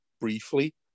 briefly